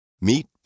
Meet